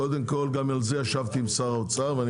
אז קודם כל גם על זה ישבתי עם שר האוצר ואני